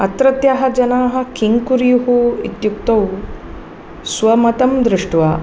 अत्रत्याः जनाः किं कुर्युः इत्यक्तौ स्वमतं दृष्ट्वा